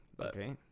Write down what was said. Okay